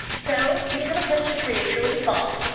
so we have a question for you, true and false.